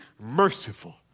merciful